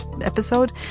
episode